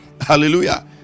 hallelujah